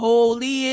Holy